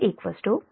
252 p